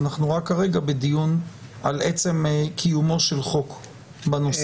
רק שכרגע אנחנו בדיון על עצם קיומו של חוק בנושא.